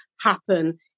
happen